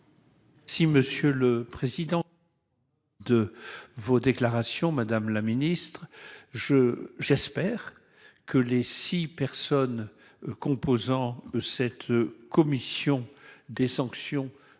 Monsieur le Président. De vos déclarations. Madame la Ministre je j'espère que les six personnes composant cette commission des sanctions fonte